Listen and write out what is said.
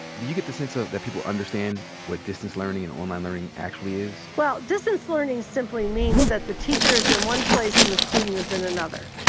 do you get the sense of that people understand what distance learning and um online learning actually is? well, distance learning simply means that the teacher is in one place and the student is in another.